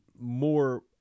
more